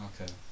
Okay